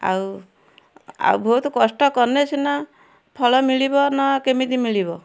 ଆଉ ଆଉ ବହୁତ କଷ୍ଟ କଲେ ସିନା ଫଳ ମିଳିବ ନା କେମିତି ମିଳିବ